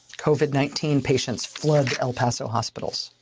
covid nineteen patients flood el paso hospitals